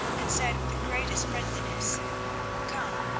and said with the greatest friendliness come,